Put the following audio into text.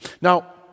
Now